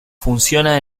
funciona